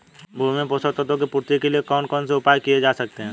भूमि में पोषक तत्वों की पूर्ति के लिए कौन कौन से उपाय किए जा सकते हैं?